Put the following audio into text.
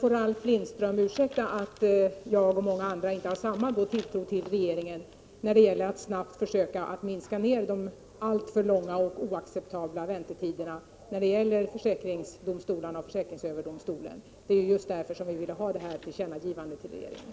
Ralf Lindström får ursäkta, men jag och många med mig har inte samma tilltro till regeringen som han när det gäller att snabbt försöka åstadkomma en minskning av de alltför långa och oacceptabla väntetiderna vid försäkringsdomstolarna och försäkringsöverdomstolen. Det är ju just därför som vi vill att detta ges regeringen till känna.